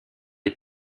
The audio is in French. est